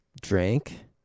Drank